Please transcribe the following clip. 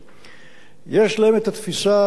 יש להם התפיסה שלהם וההצעות שלהם.